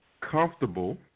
comfortable